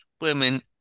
women